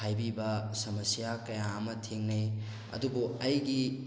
ꯍꯥꯏꯕꯤꯕ ꯁꯃꯁ꯭ꯌꯥ ꯀꯌꯥ ꯑꯃ ꯊꯦꯡꯅꯩ ꯑꯗꯨꯕꯨ ꯑꯩꯒꯤ